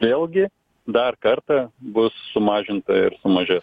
vėlgi dar kartą bus sumažinta ir sumažės